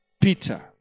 Peter